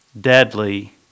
deadly